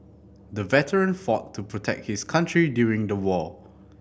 the veteran fought to protect his country during the war